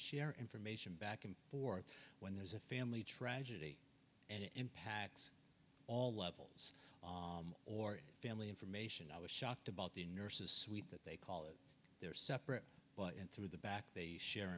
share information back and forth when there's a family tragedy and it impacts all levels or family information i was shocked about the nurses sweep that they call it their separate but through the back they share